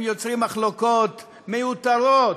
הם יוצרים מחלקות מיותרות,